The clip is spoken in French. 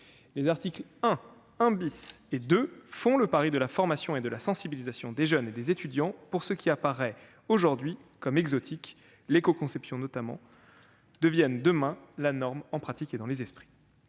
Les articles 1, 1 et 2 font le pari de la formation et de la sensibilisation des jeunes et des étudiants pour que ce qui apparaît aujourd'hui comme exotique- l'écoconception, notamment -devienne demain la norme, en pratique et dans les esprits.